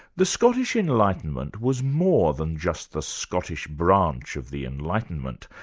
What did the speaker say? the scottish enlightenment was more than just the scottish branch of the enlightenment,